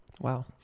Wow